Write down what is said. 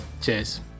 Cheers